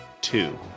two